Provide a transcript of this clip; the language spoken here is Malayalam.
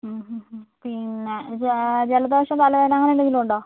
മ് മ് മ് പിന്നെ ഇത് ജലദോഷം തലവേദന അങ്ങനെ എന്തെങ്കിലും ഉണ്ടോ